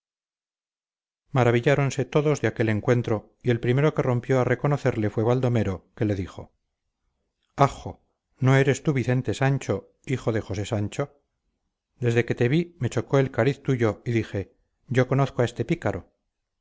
facción maravilláronse todos de aquel encuentro y el primero que rompió a reconocerle fue baldomero que le dijo ajo no eres tú vicente sancho hijo de josé sancho desde que te vi me chocó el cariz tuyo y dije yo conozco a este pícaro